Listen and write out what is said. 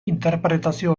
interpretazio